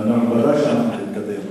ודאי שאנחנו נתקדם,